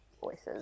voices